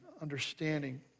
understanding